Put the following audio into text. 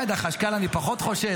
לא יודע, חשכ"ל אני פחות חושד.